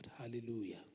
Hallelujah